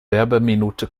werbeminute